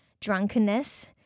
drunkenness